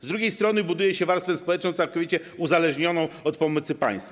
Z drugiej strony buduje się warstwę społeczną całkowicie uzależnioną od pomocy państwa.